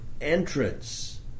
entrance